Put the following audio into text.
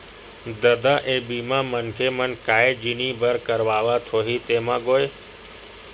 ददा ये बीमा मनखे मन काय जिनिय बर करवात होही तेमा गोय?